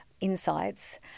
insights